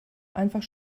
einfach